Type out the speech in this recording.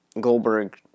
Goldberg